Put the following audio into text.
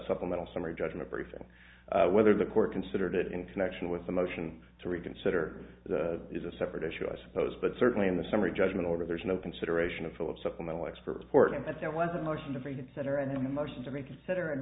supplemental summary judgment brief whether the court considered it in connection with the motion to reconsider is a separate issue i suppose but certainly in the summary judgment order there's no consideration of philip supplemental expert support and that there was a motion to reconsider and then a motion to reconsider in